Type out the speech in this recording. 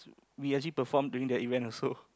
we actually perform at that event also